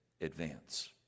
advance